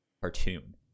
cartoon